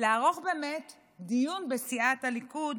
לערוך באמת דיון בסיעת הליכוד